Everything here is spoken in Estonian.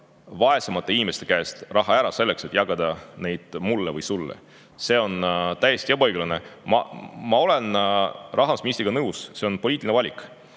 vaesemate inimeste käest raha ära, selleks et jagada seda mulle või sulle. See on täiesti ebaõiglane. Ma olen rahandusministriga nõus, et see on poliitiline valik,